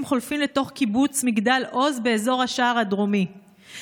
חולפים לתוך קיבוץ מגדל עוז באזור השער הדרומי,